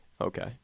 Okay